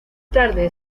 tarde